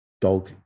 dog